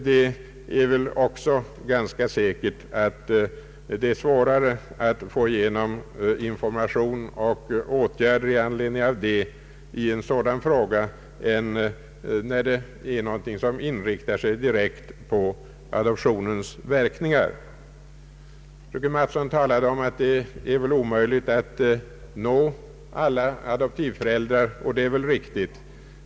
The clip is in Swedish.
Det är säkerligen också svårare att få igenom information och åtgärder i form av testamentariska förordnanden än en viljeförklaring som inriktar sig direkt på adoptionens verkningar. Fröken Mattson talade om att det är omöjligt att nå alla adoptivföräldrar, och det är väl riktigt.